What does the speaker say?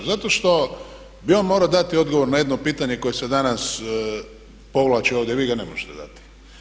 Zato što bi on morao dati odgovor na jedno pitanje koje se povlači ovdje, vi ga ne možete dati.